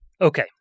Okay